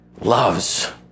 loves